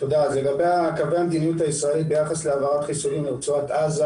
לגבי קווי המדיניות הישראלית ביחס להעברת חיסונים לרצועת עזה